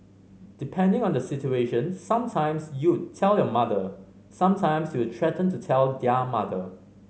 depending on the situation some times you would tell your mother some times you will threaten to tell their mother